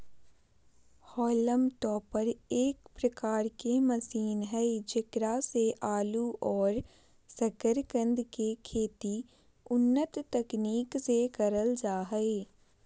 haulm topper एक प्रकार के मशीन हई जेकरा से आलू और सकरकंद के खेती उन्नत तकनीक से करल जा हई